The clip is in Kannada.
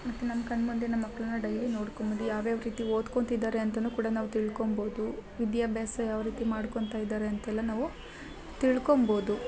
ಮತ್ತು ನಮ್ಮ ಕಣ್ಣ ಮುಂದೆ ನಮ್ಮ ಮಕ್ಕಳನ್ನ ಡೈಲಿ ನೋಡ್ಕೊಂಡು ಯಾವ್ಯಾವ ರೀತಿ ಓದ್ಕೊಳ್ತಿದ್ದಾರೆ ಅಂತನು ಕೂಡ ನಾವು ತಿಳ್ಕೊಂಬೌದು ವಿದ್ಯಾಭ್ಯಾಸ ಯಾವ ರೀತಿ ಮಾಡ್ಕೊಳ್ತಾ ಇದ್ದಾರೆ ಅಂತೆಲ್ಲ ನಾವು ತಿಳ್ಕೊಂಬೌದು